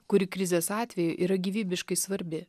kuri krizės atveju yra gyvybiškai svarbi